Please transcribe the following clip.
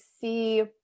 see